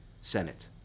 Senate